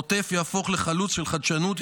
העוטף יהפוך לחלוץ של חדשנות,